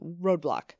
Roadblock